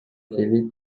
келип